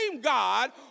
God